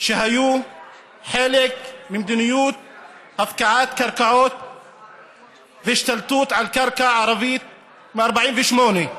שהיו חלק ממדיניות הפקעת קרקעות והשתלטות על קרקע ערבית מ-48'.